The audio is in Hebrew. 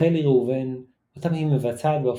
רחלי ראובן אותם היא מבצעת בהופעותיה.